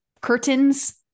curtains